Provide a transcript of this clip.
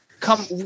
come